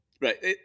right